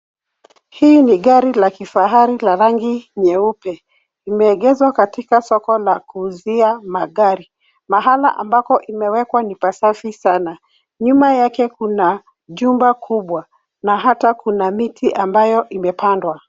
Hii ni gari la kifahari la rangi nyeupe. Limeegeshwa katika soko la kuuzia magari. Mahala ambako imewekwa ni pasafi sana. Nyuma yake kuna jumba kubwa na hata kuna miti ambayo imepandwa.